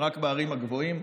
רק בהרים הגבוהים.